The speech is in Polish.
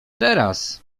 teraz